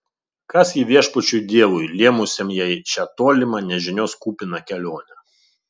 kas ji viešpačiui dievui lėmusiam jai šią tolimą nežinios kupiną kelionę